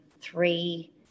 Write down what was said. three